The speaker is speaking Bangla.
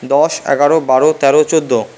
দশ এগারো বারো তেরো চোদ্দ